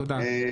תודה.